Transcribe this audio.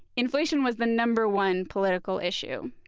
inflation was the number one political issue.